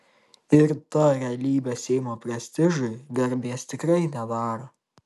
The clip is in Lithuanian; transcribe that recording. ir ta realybė seimo prestižui garbės tikrai nedaro